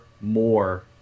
more